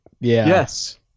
Yes